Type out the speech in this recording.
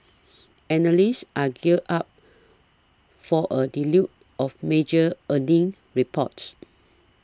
analysts are gear up for a deluge of major earnings reports